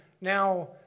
now